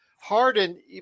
Harden